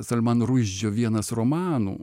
salman rušdžio vienas romanų